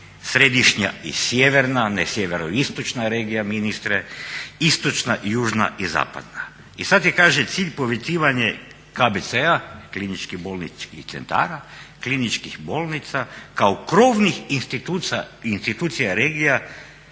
središnja i sjeverna, ne sjeveroistočna regija ministre, istočna, južna i zapadna. I sad je kaže cilj povezivanje KBC-a, Kliničkih bolničkih centara, kliničkih bolnica kao krovnih institucija regija